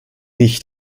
nicht